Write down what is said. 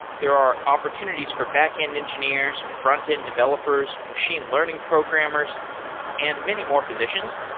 there are opportunities for backend engineers, frontend developers, machine learning programmers and many more positions.